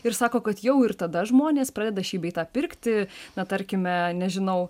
ir sako kad jau ir tada žmonės pradeda šį bei tą pirkti na tarkime nežinau